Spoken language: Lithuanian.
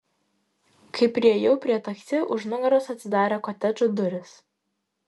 kai priėjau prie taksi už nugaros atsidarė kotedžo durys